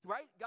Right